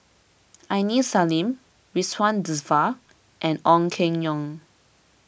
Aini Salim Ridzwan Dzafir and Ong Keng Yong